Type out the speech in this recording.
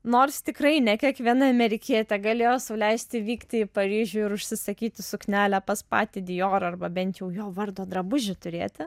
nors tikrai ne kiekviena amerikietė galėjo sau leisti vykti į paryžių ir užsisakyti suknelę pas patį diorą arba bent jau jo vardo drabužį turėti